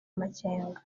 amakenga